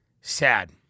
sad